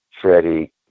Freddie